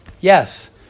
Yes